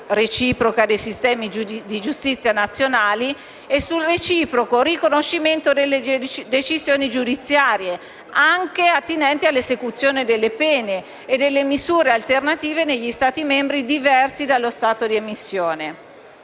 reciproca dei sistemi di giustizia nazionali e sul reciproco riconoscimento delle decisioni giudiziarie anche attinenti all'esecuzione delle pene e delle misure alternative negli Stati membri diversi dallo Stato di emissione.